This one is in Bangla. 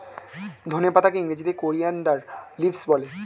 ধনে পাতাকে ইংরেজিতে কোরিয়ানদার লিভস বলে